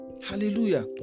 Hallelujah